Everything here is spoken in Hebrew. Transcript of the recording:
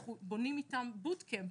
אנחנו בונים איתם boot camp.